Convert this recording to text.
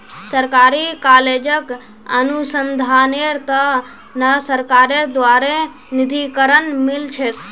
सरकारी कॉलेजक अनुसंधानेर त न सरकारेर द्बारे निधीकरण मिल छेक